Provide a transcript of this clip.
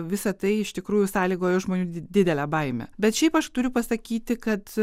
visa tai iš tikrųjų sąlygoja žmonių didelę baimę bet šiaip aš turiu pasakyti kad